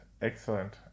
Excellent